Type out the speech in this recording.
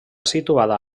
situada